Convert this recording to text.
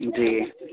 جی